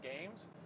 games